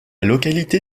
localité